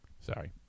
Sorry